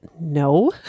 no